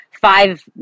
five